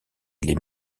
les